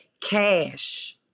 cash